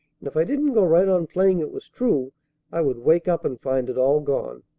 and if i didn't go right on playing it was true i would wake up and find it all gone.